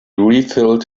refilled